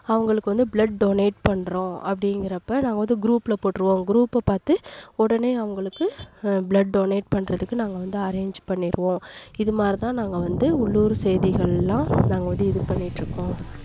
அவங்களுக்கு வந்து blood donate பண்ணுறோம் அப்படிங்கிறப்ப நாங்கள் வந்து குரூப்பில் போட்ருவோம் குரூப்பை பார்த்து உடனே அவங்களுக்கு பிளெட் டொனேட் பண்ணுறதுக்கு நாங்கள் வந்து அரேஞ்ச் பண்ணிருவோம் இது மாதிரி தான் நாங்கள் வந்து உள்ளூர் செய்திகள்லாம் நாங்கள் வந்து இது பண்ணியிட் இருக்கோம்